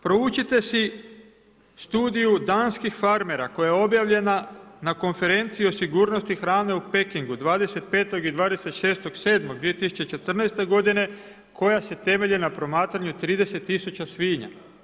Proučite si studiju danskih farmera, koja je objavljena na konferenciji o sigurnosti hrane u Pekingu, 25. i 26. 7. 2014. g. koja se temelji na promatranju 30000 svinja.